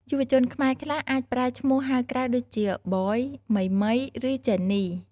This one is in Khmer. យុវជនខ្មែរខ្លះអាចប្រើឈ្មោះហៅក្រៅដូចជា “Boy”, “Mei mei”, ឬ “Jenny”។